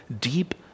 deep